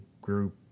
group